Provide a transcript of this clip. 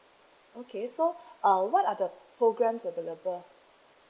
okay so uh what are the programs available